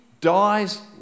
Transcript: dies